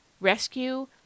Rescue